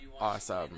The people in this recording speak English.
awesome